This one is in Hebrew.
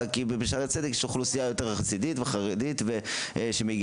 כי בשערי צדק יש אוכלוסייה יותר חסידית וחרדית שמגיעה,